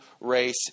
race